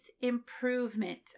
improvement